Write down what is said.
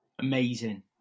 Amazing